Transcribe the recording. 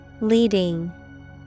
Leading